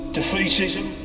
Defeatism